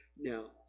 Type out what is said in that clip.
Now